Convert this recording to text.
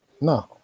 No